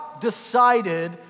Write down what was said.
decided